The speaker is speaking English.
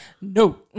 No